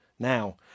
now